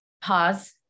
Pause